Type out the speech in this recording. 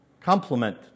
complement